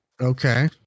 Okay